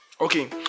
okay